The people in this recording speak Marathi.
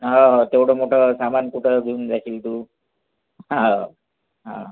हो हो तेवढं मोठं सामान कुठं घेऊन जाशील तू हो